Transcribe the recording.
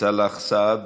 סאלח סעד,